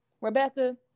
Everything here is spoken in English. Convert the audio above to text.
Rebecca